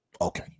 Okay